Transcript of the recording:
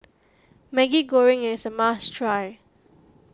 Maggi Goreng is a must try